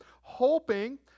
hoping